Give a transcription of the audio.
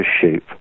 shape